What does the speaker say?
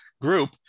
group